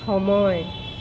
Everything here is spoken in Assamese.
সময়